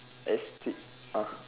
S T uh